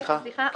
סליחה.